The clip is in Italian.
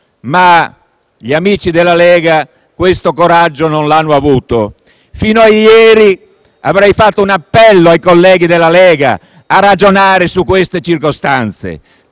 Ma gli amici della Lega non hanno avuto questo coraggio. Fino a ieri avrei fatto un appello ai colleghi della Lega a ragionare su queste circostanze.